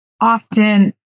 often